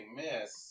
miss